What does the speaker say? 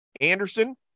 Anderson